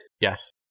Yes